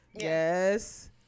Yes